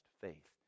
faith